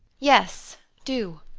yes, do!